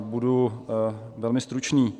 Budu velmi stručný.